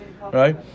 Right